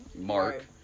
Mark